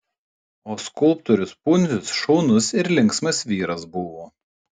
o skulptorius pundzius šaunus ir linksmas vyras buvo